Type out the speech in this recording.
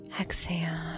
exhale